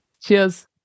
Cheers